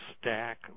stack